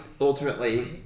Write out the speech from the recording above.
ultimately